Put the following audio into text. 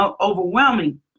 overwhelming